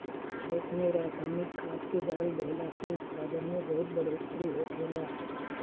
खेत में रसायनिक खाद्य के डाल देहला से उत्पादन में बहुत बढ़ोतरी होखेला